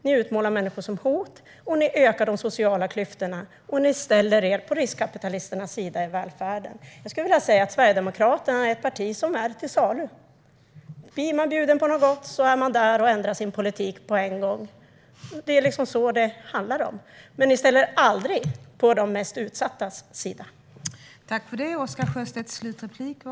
Ni utmålar människor som hot, ni ökar de sociala klyftorna och ni ställer er på riskkapitalisternas sida i välfärden. Jag skulle vilja säga att Sverigedemokraterna är ett parti som är till salu. Blir de bjudna på något gott ändrar de sin politik på en gång. Det är detta det handlar om. Men ni ställer er aldrig på de mest utsattas sida.